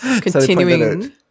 Continuing